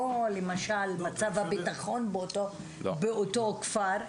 לא, למשל, מצב הבטחון באותו כפר?